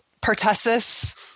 pertussis